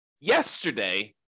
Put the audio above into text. yesterday